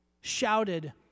shouted